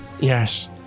Yes